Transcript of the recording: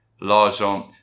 L'Argent